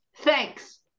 Thanks